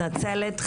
מתנצלת,